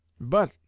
But